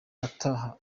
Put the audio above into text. ataha